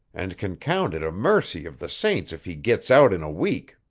and can count it a mercy of the saints if he gits out in a week.